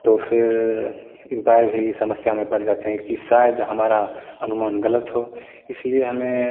तो फिर अंपायर भी समस्या में पड़ जाते हैं कि शायद हमारा अनुमान ग़लत हो इसी लिए हमें